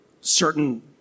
certain